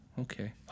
okay